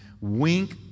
wink